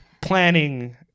planning